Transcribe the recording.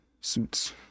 suits